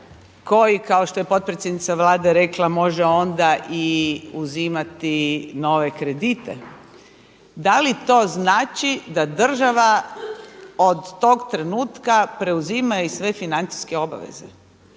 koji kao što je potpredsjednica Vlade može onda i uzimati i nove kredite, da li to znači da država od tog trenutka preuzima i sve financijske obaveze?